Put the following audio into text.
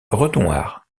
renoir